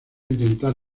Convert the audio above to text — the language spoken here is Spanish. intentar